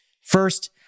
First